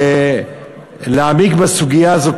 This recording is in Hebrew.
ולהעמיק בסוגיה הזאת.